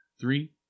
Three